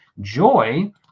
joy